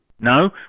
No